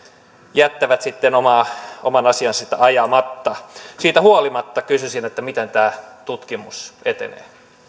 jättävät oman asiansa ajamatta siitä huolimatta kysyisin miten tämä tutkimus etenee